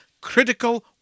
critical